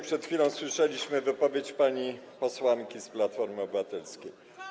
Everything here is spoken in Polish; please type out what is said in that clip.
Przed chwilą słyszeliśmy wypowiedź pani posłanki z Platformy Obywatelskiej.